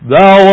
Thou